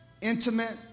intimate